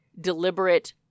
deliberate